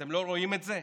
אתם לא רואים את זה?